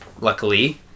luckily